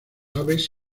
aves